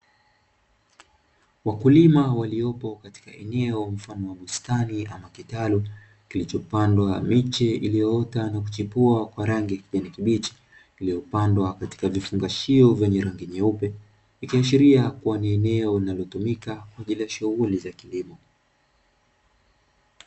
Wakulima waliopo katika eneo mfano wa bustani ama kitalu kilichopandwa miche iliyoota na kuchipua kwa rangi ya kijani kibichi iliyopandwa katika vifungashio vyenye rangi nyeupe. Ikiashiria kua ni eneo linalo tumika kwaajili ya shughuli za kilimo